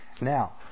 Now